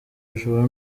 bashobora